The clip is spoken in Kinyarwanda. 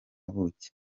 buki